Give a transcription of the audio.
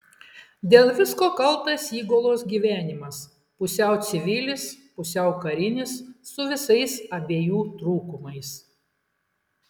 dėl visko kaltas įgulos gyvenimas pusiau civilis pusiau karinis su visais abiejų trūkumais